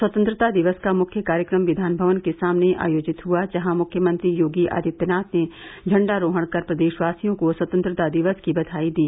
स्वतंत्रता दिवस का मुख्य कार्यक्रम विधान भवन के सामने आयोजित हुआ जहां मुख्यमंत्री योगी आदित्यनाथ ने झण्डारोहण कर प्रदेशवासियो को स्वतंत्रता दिवस की बधाई दी